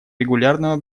регулярного